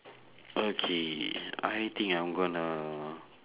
okay I think I'm gonna